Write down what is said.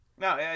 No